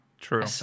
true